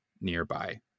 nearby